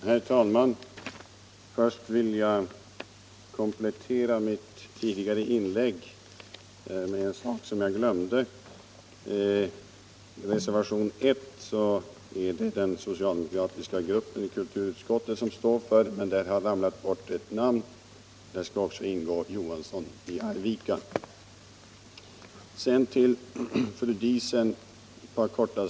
Herr talman! Först vill jag komplettera mitt tidigare inlägg med en sak som jag glömde. Bakom reservationen 1 står den socialdemokratiska gruppen i kulturutskottet, men där har namnet herr Johansson i Arvika fallit bort i betänkandet.